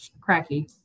cracky